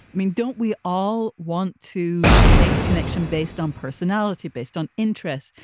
i mean, don't we all want to make a connection based on personality, based on interests,